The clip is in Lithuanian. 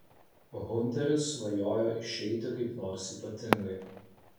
hunteris svajojo išeiti kaip nors ypatingai